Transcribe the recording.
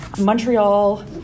Montreal